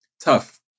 tough